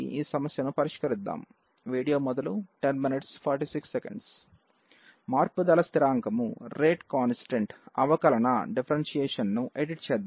video మొదలు 1046 మార్పుదల స్థిరాంకం అవకలన ను ఎడిట్ చేద్దాం